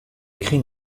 écrit